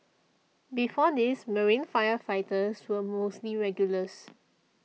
before this marine firefighters were mostly regulars